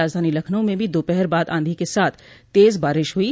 राजधानी लखनऊ में भी दोपहर बाद आंधी के साथ तेज बारिश हुई